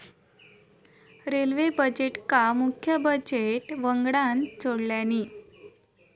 railway बजेटका मुख्य budget वंगडान जोडल्यानी